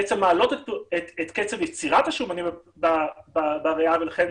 בעצם מעלות את קצב יצירת השומנים בריאה ולכן